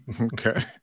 Okay